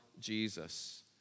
Jesus